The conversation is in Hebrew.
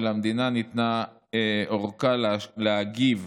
ולמדינה ניתנה ארכה להגיב,